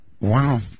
Wow